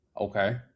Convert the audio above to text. Okay